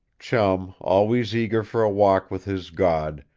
chum, always eager for a walk with his god,